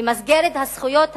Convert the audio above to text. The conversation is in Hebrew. במסגרת "הזכויות הלאומיות"